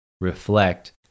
reflect